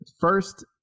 First